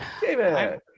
David